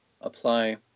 apply